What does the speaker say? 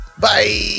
Bye